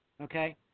Okay